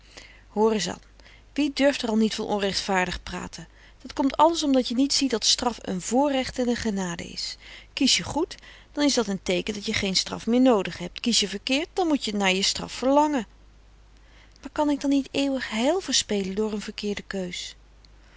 es an wie durft er al niet van onrechtvaardig praten dat komt alles omdat je niet ziet dat straf een voorrecht en een genade is kies je goed dan is dat een teeken dat je geen straf meer noodig hebt kies je verkeerd dan moet je naar je straf verlange maar kan ik dan niet eeuwig heil verspelen door n verkeerde keus